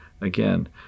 again